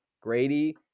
Grady